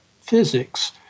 physics